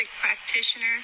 practitioner